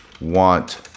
want